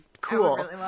cool